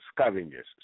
scavengers